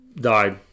died